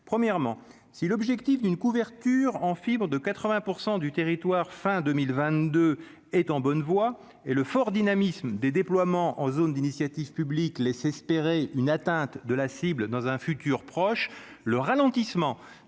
premièrement si l'objectif d'une couverture en fibre de 80 pour 100 du territoire fin 2022 est en bonne voie et le fort dynamisme des déploiements en zone d'initiative publique laisse espérer une atteinte de la cible, dans un futur proche, le ralentissement